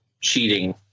cheating